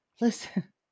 Listen